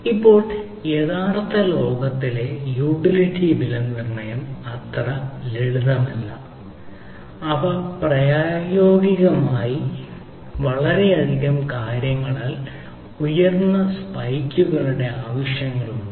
ഇപ്പോൾ യഥാർത്ഥ ലോകത്തിലെ യൂട്ടിലിറ്റി വിലനിർണ്ണയം അത്ര ലളിതമല്ല അവ പ്രായോഗികമായി പോലുള്ള വളരെയധികം കാര്യങ്ങളാണെങ്കിൽ ഉയർന്ന സ്പൈക്കുകളുടെ ആവശ്യങ്ങൾ ഉണ്ട്